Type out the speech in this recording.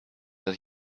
that